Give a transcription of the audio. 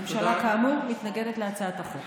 הממשלה, כאמור, מתנגדת להצעת החוק.